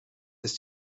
ist